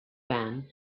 man